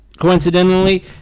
coincidentally